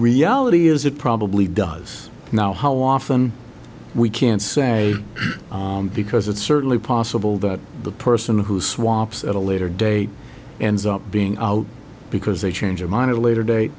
reality is it probably does now how often we can say because it's certainly possible that the person who swaps at a later date and stop being out because they change their mind at a later date